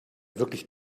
wirklich